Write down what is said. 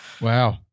wow